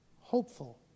Hopeful